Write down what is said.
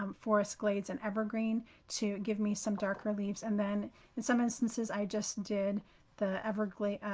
um forest glades and evergreen to give me some darker leaves. and then in some instances, i just did the everglad, ah,